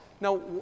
Now